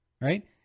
right